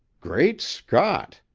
great scott!